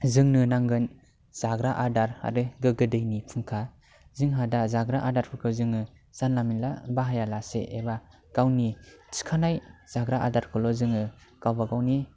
जोंनो नांगोन जाग्रा आदार आरो गोगो दैनि फुंखा जोंहा दा जाग्रा आदारफोरखौ जोङो जानला मोनला बाहाया लासे एबा गावनि थिखानाय जाग्रा आदारफोरखौल' जोङो गावबागावनि